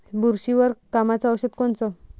बुरशीवर कामाचं औषध कोनचं?